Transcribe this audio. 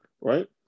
right